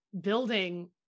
building